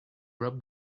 rub